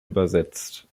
übersetzt